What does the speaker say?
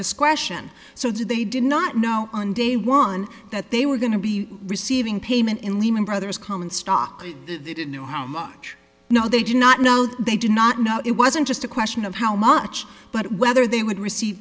discretion so that they did not know on day one that they were going to be receiving payment in lehman brothers common stock they didn't know how much you know they did not know they did not know it wasn't just a question of how much but whether they would receive